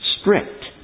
Strict